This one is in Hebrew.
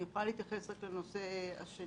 אני יכולה להתייחס רק לנושא השני.